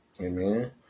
Amen